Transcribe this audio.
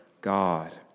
God